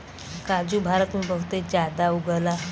काजू भारत में बहुते जादा उगला